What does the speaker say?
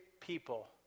people